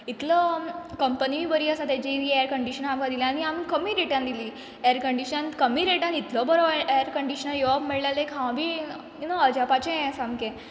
इतलो कंपनीय बरीं आसा तेजी एयर कंडीशन बरीं दिला आनी आमकां कमी रेटान दिला एयर कंडीशन कमी रेटान इतलो बरो ए एर कंडीशनर येवप म्हणल्यार लायक हांव बी यू न्हो अजापाचें सामकें